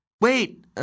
wait